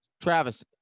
Travis